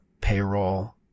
payroll